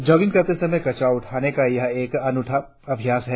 jogging करते समय कचरा उठाने का यह एक अनूठा अभ्यास है